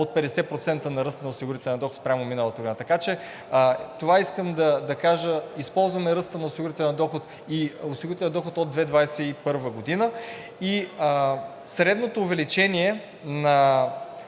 от 50% ръст на осигурителния доход спрямо миналата година. Така че това искам да кажа – използваме ръста на осигурителния доход и осигурителния доход от 2021 г. Средното увеличение на